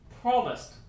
promised